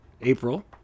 April